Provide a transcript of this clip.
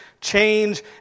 change